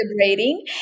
celebrating